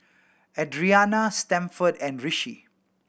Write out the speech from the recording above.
Adrianna Stanford and Rishi